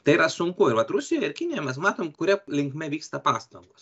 tai yra sunku ir vat rusijoj ir kinijoj mes matom kuria linkme vyksta pastangos